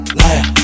liar